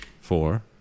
four